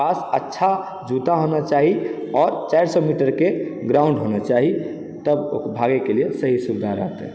पास अच्छा जूता होना चाही आओर चारि सए मिटरके ग्राउण्ड होना चाही तब भागैके लिए सही सुविधा रहतै